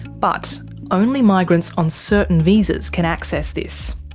but only migrants on certain visas can access this.